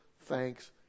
thanks